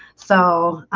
so